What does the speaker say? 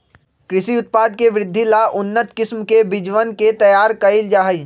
कृषि उत्पाद के वृद्धि ला उन्नत किस्म के बीजवन के तैयार कइल जाहई